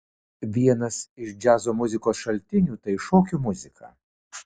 vienas iš džiazo muzikos šaltinių tai šokių muzika